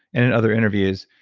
and in other interviews,